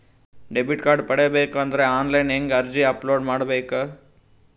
Debit card ಪಡಿಬೇಕು ಅಂದ್ರ online ಹೆಂಗ್ ಅರ್ಜಿ ಅಪಲೊಡ ಮಾಡಬೇಕು?